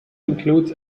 includes